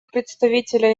представителя